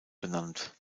benannt